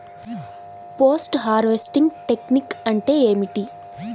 Post harvesting technique అంటే ఏమిటీ?